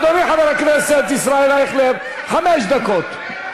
אדוני חבר הכנסת ישראל אייכלר, חמש דקות.